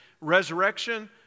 resurrection